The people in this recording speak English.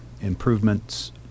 improvements